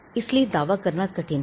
इसलिए दावा करना कठिन है